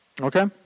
Okay